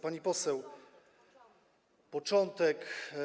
Pani poseł, początek.